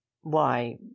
Why